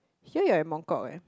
here you're at Mong kok eh